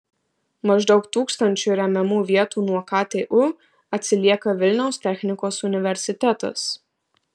maždaug tūkstančiu remiamų vietų nuo ktu atsilieka vilniaus technikos universitetas